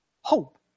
Hope